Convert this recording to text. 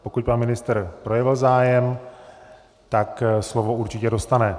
Pokud pan ministr projevil zájem, tak slovo určitě dostane.